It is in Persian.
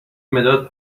مداد